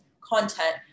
content